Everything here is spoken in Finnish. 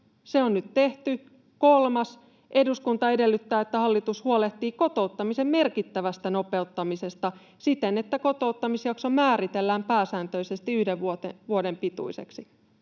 Se on nyt tehty. Kolmas: ”Eduskunta edellyttää, että hallitus huolehtii kotouttamisen merkittävästä nopeuttamisesta siten, että kotouttamisjakso määritellään pääsääntöisesti yhden vuoden pituiseksi.”